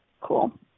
cool